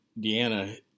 Deanna